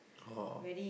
oh